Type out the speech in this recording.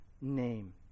name